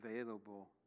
available